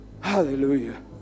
Hallelujah